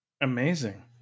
amazing